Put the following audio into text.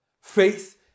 Faith